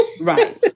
Right